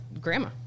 Grandma